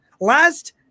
Last